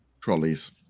trolleys